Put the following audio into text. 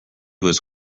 was